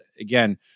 again